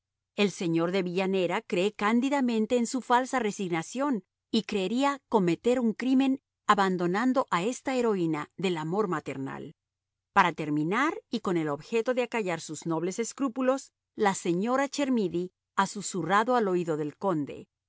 el señor de villanera cree cándidamente en su falsa resignación y creería cometer un crimen abandonando a esta heroína del amor maternal para terminar y con objeto de acallar sus nobles escrúpulos la señora chermidy ha susurrado al oído del conde